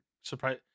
surprise